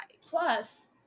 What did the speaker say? Plus